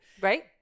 Right